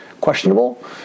questionable